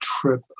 trip